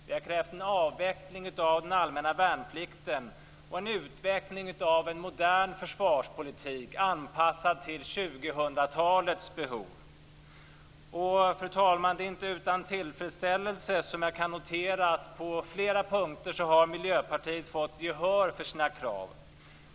Vi har krävt en avveckling av den allmänna värnplikten och en utveckling av en modern försvarspolitik, anpassad till 2000-talets behov. Fru talman! Det är inte utan tillfredsställelse som jag kan notera att Miljöpartiet på flera punkter har fått gehör för sina krav.